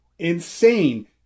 insane